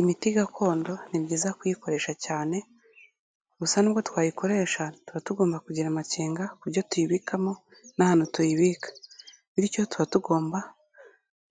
Imiti gakondo, ni byiza kuyikoresha cyane, gusa nubwo twayikoresha tuba tugomba kugira amakenga, uburyo tuyibikamo n'ahantu tuyibika, bityo tuba tugomba